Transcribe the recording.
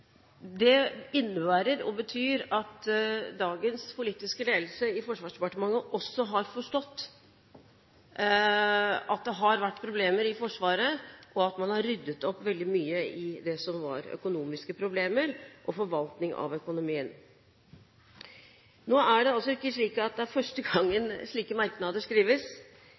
Det innebærer og betyr at dagens politiske ledelse i Forsvarsdepartementet også har forstått at det har vært problemer i Forsvaret, og at man har ryddet veldig mye opp i det som var av økonomiske problemer og i forvaltningen av økonomien. Nå er det altså ikke slik at det er første gangen slike merknader skrives